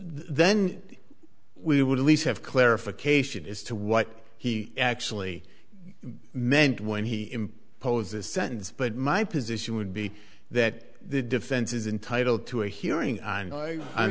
then we would at least have clarification as to what he actually meant when he impose a sentence but my position would be that the defense is entitled to a hearing i